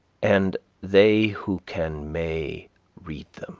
and they who can may read them